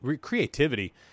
creativity